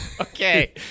Okay